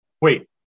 Wait